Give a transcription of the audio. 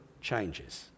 changes